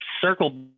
circle